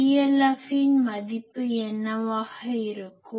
PLF இன் மதிப்பு என்னவாக இருக்கும்